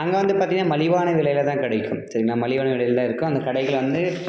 அங்கே வந்து பார்த்தீங்கன்னா மலிவான விலையில்தான் கிடைக்கும் சரிங்களா மலிவான விலையில தான் இருக்கும் அந்த கடைகள் வந்து